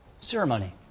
ceremony